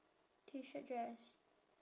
T shirt dress